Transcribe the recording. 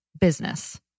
business